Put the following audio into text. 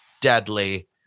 deadly